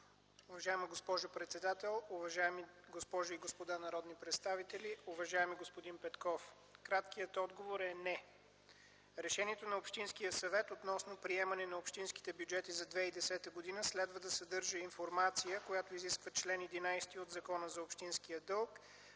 Уважаема госпожо председател, уважаеми госпожи и господа народни представители, уважаеми господин Петков! Краткият отговор е – не! Решението на Общинския съвет относно приемане на общинския бюджет за 2010 г. следва да съдържа информация, която изисква чл. 11 от Закона за общинския дълг: